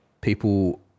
people